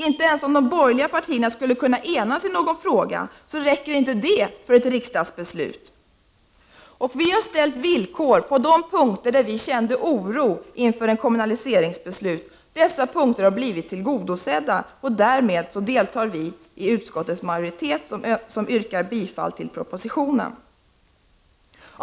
Inte ens om de borgerliga partierna skulle enas i någon fråga, räcker det för ett riksdagsbeslut. Vi har ställt villkor på de punkter där vi känt oro för ett kommunaliseringsbeslut. På dessa punkter har vi blivit tillgodosedda, och därmed deltar vi i utskottets majoritet, som yrkar bifall till propositionen.